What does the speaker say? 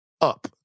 up